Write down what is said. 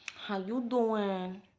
how you doin'?